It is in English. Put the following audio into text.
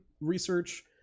research